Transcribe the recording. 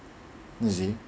you see